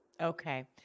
Okay